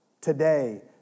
today